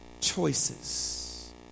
choices